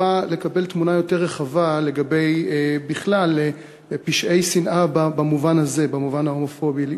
לקבל תמונה רחבה יותר לגבי בכלל פשעי שנאה במובן ההומופובי.